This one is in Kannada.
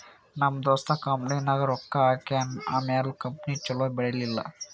ನಮ್ ದೋಸ್ತ ಕಂಪನಿನಾಗ್ ರೊಕ್ಕಾ ಹಾಕ್ಯಾನ್ ಆಮ್ಯಾಲ ಕಂಪನಿ ಛಲೋ ಬೆಳೀಲಿಲ್ಲ